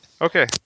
Okay